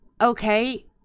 okay